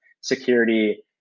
security